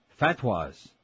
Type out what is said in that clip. Fatwas